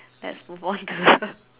let's move on to the